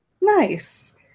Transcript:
Nice